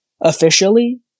officially